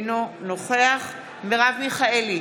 אינו נוכח מרב מיכאלי,